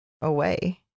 away